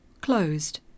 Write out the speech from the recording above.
Closed